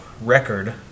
record